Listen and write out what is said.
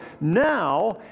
Now